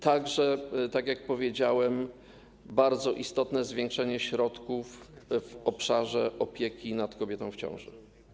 Tak jak powiedziałem, bardzo istotne jest zwiększenie środków w obszarze opieki nad kobietą w ciąży.